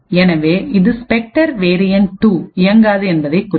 எனவே இது spectre variant 2 இயங்காது என்பதைக் குறிக்கும்